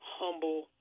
humble